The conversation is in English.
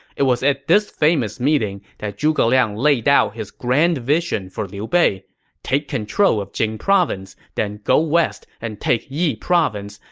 it was at this famous meeting that zhuge liang laid out his grand vision for liu bei take control of jing province, then go west and take yi province,